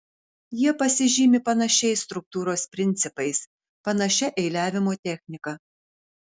jie pasižymi panašiais struktūros principais panašia eiliavimo technika